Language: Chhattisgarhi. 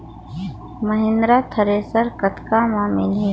महिंद्रा थ्रेसर कतका म मिलही?